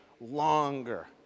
longer